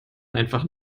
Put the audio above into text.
einfach